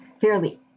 fairly